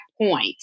point